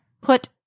put